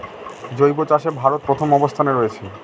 জৈব চাষে ভারত প্রথম অবস্থানে রয়েছে